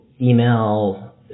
email